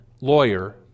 lawyer